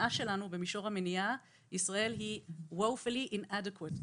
שבמישור המניעה ישראל היא woefully inadequate ,